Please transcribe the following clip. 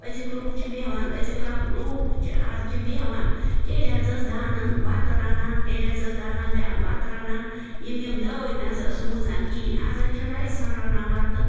أزِکِۍ لوٗکھ چھِ بیٚہوان أزِکۍ لہ لوٗکھ چھِ آز چھِ بیٚہوان تیٚلہِ حظ ٲس دانَن بَتہٕ رَنان تیٚلہِ حظ ٲس دانَن بےٚ بَتہٕ رَنان یِم یِم دٲدۍ نہٕ حظ ٲسۍ نہٕ وُزان کِہیٖنۍ آز حظ چھِ رایسَن رَنان بَتہٕ